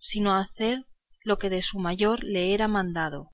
sino hacer lo que por su mayor le era mandado